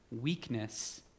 weakness